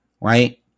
right